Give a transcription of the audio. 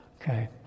Okay